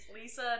Lisa